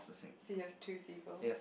so you have two seagulls